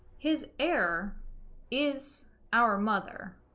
his heir is our mother